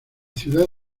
ciudad